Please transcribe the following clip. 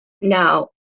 Now